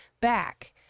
back